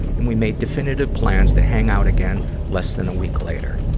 and we made definitive plans to hang out again less than a week later.